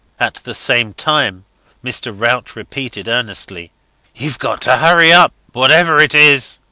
at the same time mr. rout repeated earnestly youve got to hurry up, whatever it is.